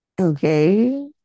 Okay